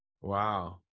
wow